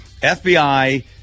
FBI